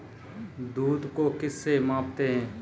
दूध को किस से मापते हैं?